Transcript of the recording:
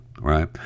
right